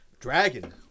dragon